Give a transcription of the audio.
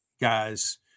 guys